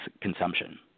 consumption